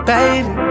Baby